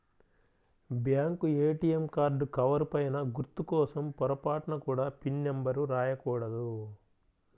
bank ATM card cover పైన గుర్తు కోసం పొరపాటున కూడా పిన్ నెంబర్ రాయకూడదు